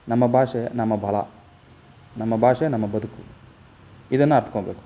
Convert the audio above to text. ನಮ್ಮ ಭಾಷೆ ನಮ್ಮ ಬಲ ನಮ್ಮ ಭಾಷೆ ನಮ್ಮ ಬದುಕು ಇದನ್ನು ಅರಿತ್ಕೋಬೇಕು